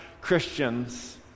Christians